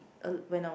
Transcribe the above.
uh when I was